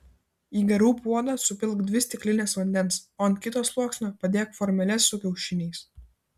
į garų puodą supilk dvi stiklines vandens o ant kito sluoksnio padėk formeles su kiaušiniais